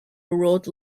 wrote